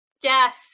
Yes